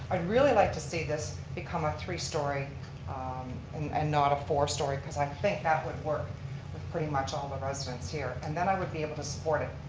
i'd really like to see this become a three story and and not a four story because i think that would work with pretty much all the residents here. and then i would be able to support it.